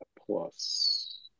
plus